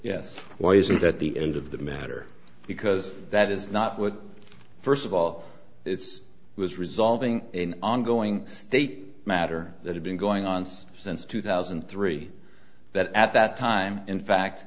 yes why isn't that the end of the matter because that is not what first of all it's was resolving in ongoing state matter that had been going on since two thousand and three that at that time in fact